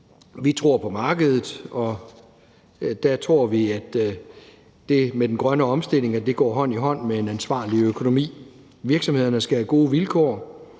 Vi tror på markedet, og der tror vi, at det med den grønne omstilling går hånd i hånd med en ansvarlig økonomi. Virksomhederne skal have gode vilkår